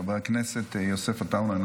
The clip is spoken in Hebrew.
חבר הכנסת יוסף עטאונה,